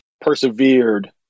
persevered